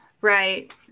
Right